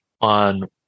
on